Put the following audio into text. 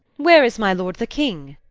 where is my lord the king?